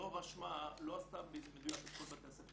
לא עשתה במדויק את כל בתי הספר.